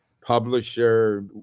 publisher